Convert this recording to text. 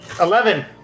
Eleven